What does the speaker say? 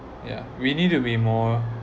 yeah we need to be more